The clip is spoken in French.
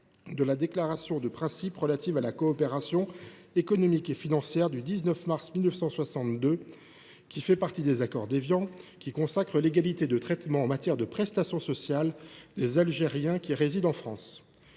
de la déclaration de principes relative à la coopération économique et financière du 19 mars 1962, qui fait partie des accords d’Évian, consacre l’égalité de traitement en matière de prestations sociales des Algériens qui résident en France.